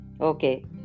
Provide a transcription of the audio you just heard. Okay